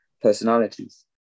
personalities